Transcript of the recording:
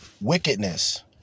Wickedness